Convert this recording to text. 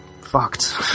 fucked